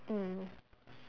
mm